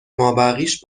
مابقیش